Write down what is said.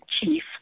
chief